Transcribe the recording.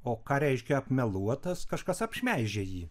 o ką reiškia apmeluotas kažkas apšmeižė jį